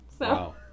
Wow